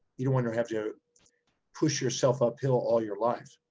you don't want to have to push yourself uphill all your life.